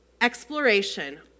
Exploration